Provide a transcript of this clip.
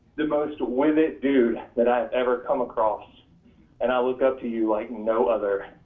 the most with it dude that i have ever come across and i look up to you like no other.